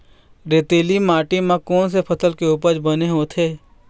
रेतीली माटी म कोन से फसल के उपज बने होथे?